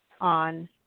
on